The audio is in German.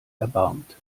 erbarmt